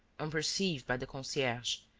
unperceived by the concierge,